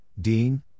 Dean